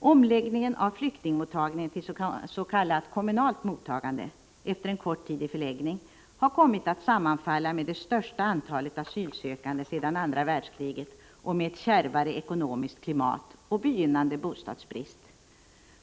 Omläggningen av flyktingmottagningen till s.k. kommunalt mottagande efter en kort tid i förläggning har kommit att sammanfalla med det största antalet asylsökande sedan andra världskriget och med ett kärvare ekonomiskt klimat och begynnade bostadsbrist.